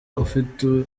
ufite